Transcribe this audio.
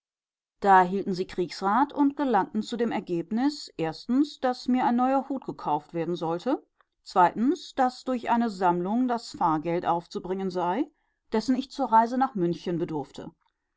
da hielten sie kriegsrat und gelangten zu dem ergebnis erstens daß mir ein neuer hut gekauft werden sollte zweitens daß durch eine sammlung das fahrgeld aufzubringen sei dessen ich zur reise nach münchen bedurfte